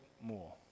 more